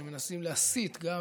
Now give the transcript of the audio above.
שמנסים להסית גם